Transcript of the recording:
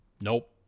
Nope